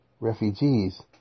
refugees